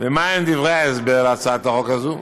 ומהם דברי ההסבר להצעת החוק הזאת?